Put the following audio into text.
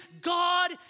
God